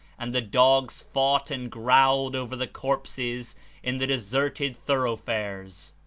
and the dogs fought and growled over the corpses in the deserted thoroughfares.